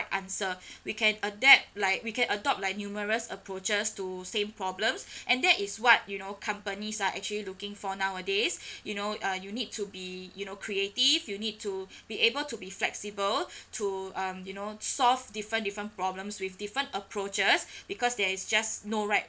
answer we can adapt like we can adopt like numerous approaches to same problems and that is what you know companies are actually looking for nowadays you know uh you need to be you know creative you need to be able to be flexible to um you know solve different different problems with different approaches because there is just no right